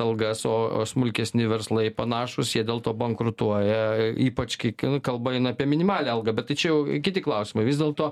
algas o o smulkesni verslai panašūs jie dėl to bankrutuoja ypač kai kalba eina apie minimalią algą bet tai čia jau kiti klausimai vis dėlto